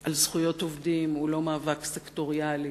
על זכויות עובדים הוא לא מאבק סקטוריאלי,